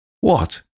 What